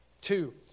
Two